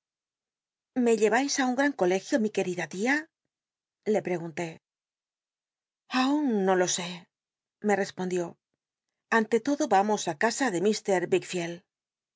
me llevais á un gran colegio mi qn ctidn tia le preguntó aunllo lo sé me respondió ante todo vamos casa de